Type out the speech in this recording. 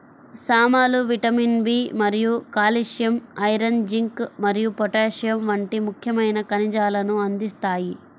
సామలు vitamin B మరియు calcium, iron, zinc మరియు పొటాషియం వంటి ముఖ్యమైన ఖనిజాలను అందిస్తాయి